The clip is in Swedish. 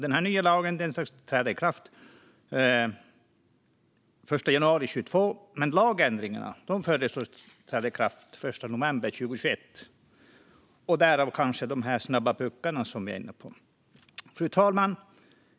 Den nya lagen föreslås träda i kraft den 1 januari 2022, men lagändringarna föreslås träda i kraft den 1 november 2021 - därav de snabba puckarna, som vi är inne på. Fru talman!